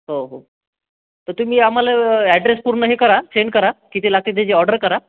हो हो तर तुम्ही आम्हाला ऍड्रेस पूर्ण हे करा सेंड करा किती लागते त्याची ऑर्डर करा